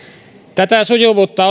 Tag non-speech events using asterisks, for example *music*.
tätä sujuvuutta *unintelligible*